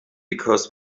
because